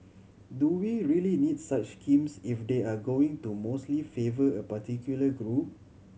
do we really needs such schemes if they're going to mostly favour a particular group